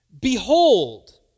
Behold